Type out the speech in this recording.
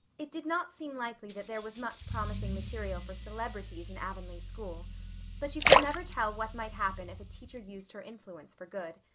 it did not seem likely that there was much promising material for celebrities in avonlea school but you could never tell what might happen if a teacher used her influence for good.